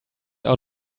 out